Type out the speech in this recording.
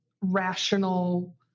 rational